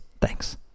Thanks